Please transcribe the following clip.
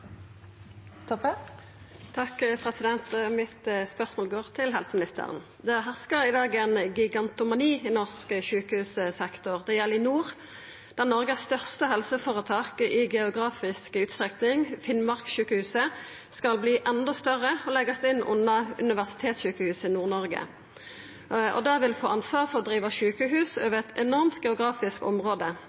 mitt går til helseministeren. Det herskar i dag ein gigantomani i norsk sjukehussektor. Det gjeld i nord der Noregs største helseføretak i geografisk utstrekning, Finnmarkssykehuset, skal verta enda større og leggjast inn under Universitetssykehuset Nord-Norge. Det vil få ansvaret for å driva sjukehuset over eit enormt geografisk område.